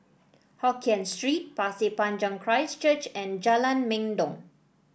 Hokien Street Pasir Panjang Christ Church and Jalan Mendong